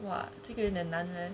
!wah! 这个有点难 leh